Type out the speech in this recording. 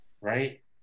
right